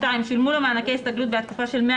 שולמו לו מענקי הסתגלות בעד תקופה של 100